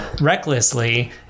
recklessly